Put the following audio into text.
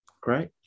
Great